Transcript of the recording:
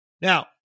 Now